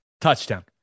Touchdown